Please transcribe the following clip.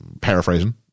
paraphrasing